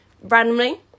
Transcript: randomly